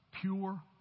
pure